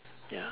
ya